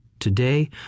today